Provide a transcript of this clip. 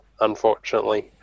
unfortunately